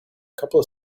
couple